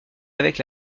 avec